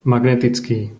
magnetický